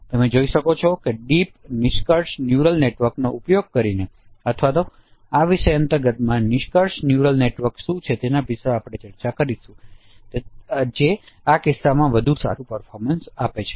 અને તમે જોઈ શકો છો કે ડીપ નિષ્કર્ષ ન્યુરલ નેટવર્કનો ઉપયોગ કરીને અથવા આપણે આ વિષય અંતર્ગતમાં નિષ્કર્ષ ન્યુરલ નેટવર્ક શું છે તેની ચર્ચા કરીશું તેથી તેઓએ આ કિસ્સામાં વધુ સારું પર્ફોમન્સ આપે છે